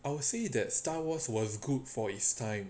I would say that star wars was good for its time